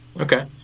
Okay